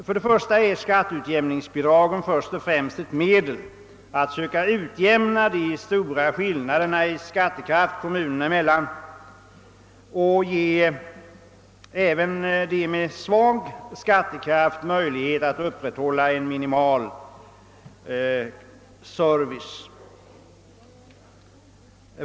För det första är skatteutjämningsbidragen först och främst ett medel att försöka utjämna de stora skillnaderna i skattekraft kommunerna emellan och att ge även kommuner med svag skattekraft möjlighet att upprätthålla en minimal service.